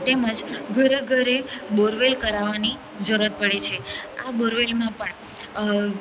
તેમ જ ઘરે ઘરે બોરવેલ કરાવવાની જરૂરત પડે છે આ બોરવેલમાં પણ